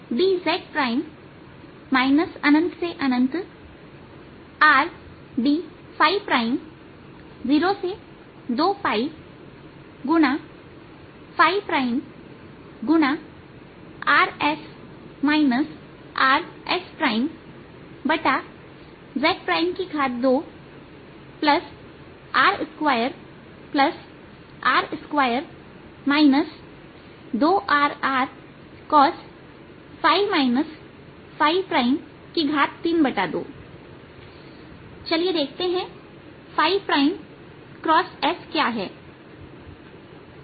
यह 0k4 ∞ dz 02 Rd× r s R s z 2R2r2 2rRcos 32चलिए देखते हैं प्राइम x s क्या है